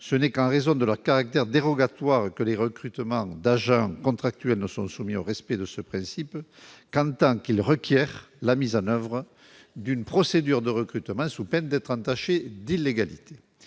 ce n'est qu'en raison de leur caractère dérogatoire que les recrutements d'agents contractuels ne sont soumis au respect de ce principe qu'en tant qu'il requiert la mise en oeuvre d'une procédure de recrutement sous peine d'être entachée d'illégalité